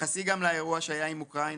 תתייחסי גם לאירוע שהיה עם אוקראינה,